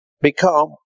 become